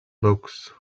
books